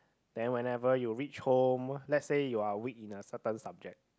then whenever you reach home let's say you're weak in a certain subject